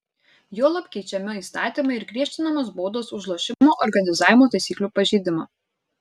juolab keičiami įstatymai ir griežtinamos baudos už lošimo organizavimo taisyklių pažeidimą